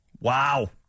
Wow